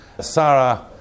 sarah